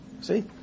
See